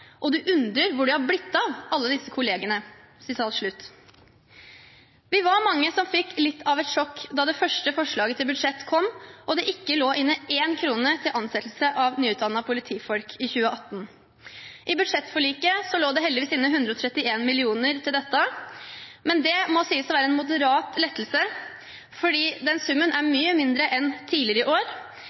Og du undrer deg over hvor disse personene har blitt av.» Vi var mange som fikk litt av et sjokk da det første forslaget til budsjett kom og det ikke lå inne én krone til ansettelse av nyutdannete politifolk i 2018. I budsjettforliket lå det heldigvis inne 131 mill. kr til dette, men det må sies å være en moderat lettelse, for den summen er mye mindre enn tidligere år.